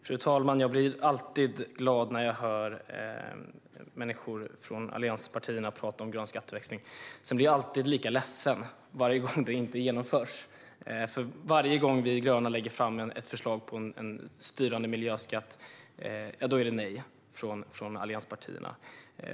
Fru talman! Jag blir alltid glad när jag hör människor från allianspartierna tala om grön skatteväxling. Sedan blir jag alltid lika ledsen varje gång det inte genomförs. Varje gång vi gröna lägger fram ett förslag om en styrande miljöskatt är det nej från allianspartierna.